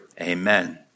amen